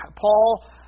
Paul